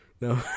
no